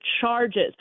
charges